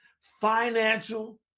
financial